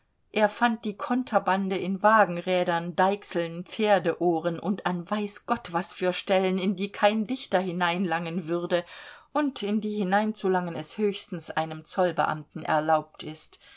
er fand die konterbande in wagenrädern deichseln pferdeohren und an weiß gott was für stellen in die kein dichter hineinlangen würde und in die hineinzulangen es höchstens einem zollbeamten erlaubt ist